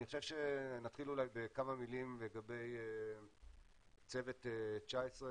אני חושב שנתחיל אולי בכמה מילים לגבי צוות 19,